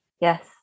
Yes